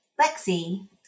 Lexi